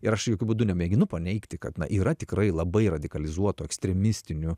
ir aš jokiu būdu nemėginu paneigti kad na yra tikrai labai radikalizuotų ekstremistinių